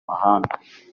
mahanga